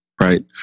Right